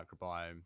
microbiome